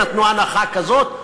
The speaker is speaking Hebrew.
נתנו הנחה כזאת.